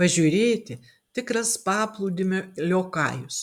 pažiūrėti tikras paplūdimio liokajus